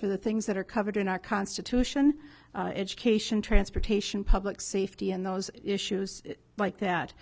for the things that are covered in our constitution education transportation public safety and those issues like that